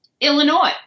Illinois